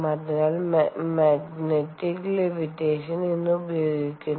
അതിനാൽ magnetic levitation ഇന്ന് ഉപയോഗിക്കുന്നു